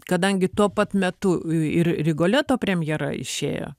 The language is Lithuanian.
kadangi tuo pat metu ir rigoleto premjera išėjo